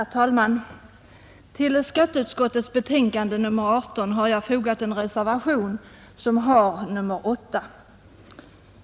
Herr talman! Till skatteutskottets betänkande nr 18 har jag fogat en reservation, nr 8.